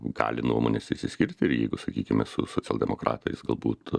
gali nuomonės išsiskirti ir jeigu sakykime su socialdemokratais galbūt